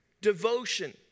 devotion